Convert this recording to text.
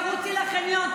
תרוצי לחניון,